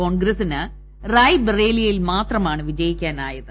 കോൺഗ്രസിന് റായ്ബറേലിയിൽ മാത്രമാണ് വിജയിക്കാനായത്